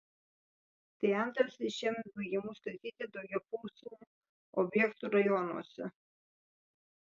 tai antras iš šiemet baigiamų statyti daugiafunkcių objektų rajonuose